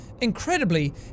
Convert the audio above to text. Incredibly